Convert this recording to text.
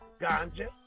ganja